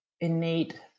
innate